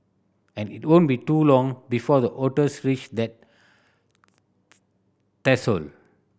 and it won't be too long before the otters reach that threshold